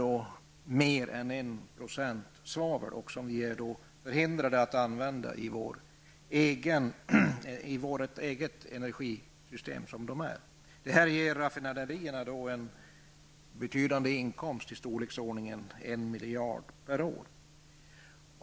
Denna restolja innehåller mer än 1 % svavel, så vi är därför förhindrade att använda den i vårt eget energisystem. Denna export ger raffinaderierna en betydande inkomst i storleksordningen 1 miljard kronor per år.